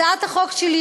הצעת החוק שלי,